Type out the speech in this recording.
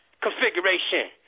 configuration